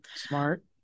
Smart